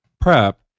prep